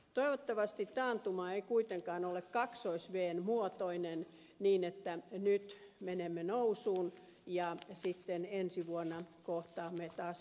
toivottavasti taantuma ei kuitenkaan ole kaksois vn muotoinen niin että nyt menemme nousuun ja sitten ensi vuonna kohtaamme taas laskukauden